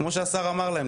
כמו שהשר אמר להם,